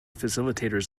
facilitators